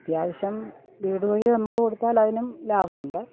അത്യാവശ്യം വീടു വഴി നമുക്ക് കൊടുത്താല് അതിനും ലാഭമുണ്ട്